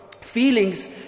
Feelings